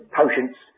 potions